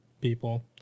people